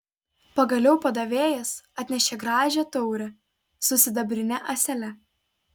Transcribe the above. pagaliau padavėjas atnešė gražią taurę su sidabrine ąsele